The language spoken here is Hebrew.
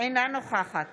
אינה נוכחת